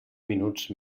minuts